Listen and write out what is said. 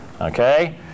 okay